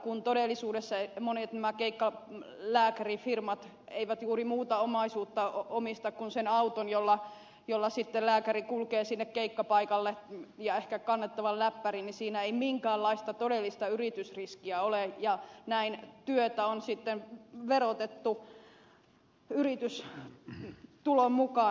kun todellisuudessa monet nämä keikkalääkärifirmat eivät juuri muuta omaisuutta omista kuin sen auton jolla sitten lääkäri kulkee sinne keikkapaikalle ja ehkä kannettavan läppärin niin siinä ei minkäänlaista todellista yritysriskiä ole ja näin työtä on sitten verotettu yritystulon mukaan